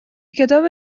کتاب